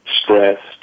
stressed